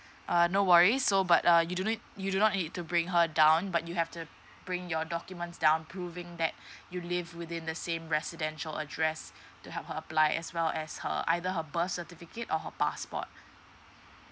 uh no worries so but uh you do need you do not need to bring her down but you have to bring your documents down proving that you live within the same residential address to help her apply as well as her either her birth certificate or her passport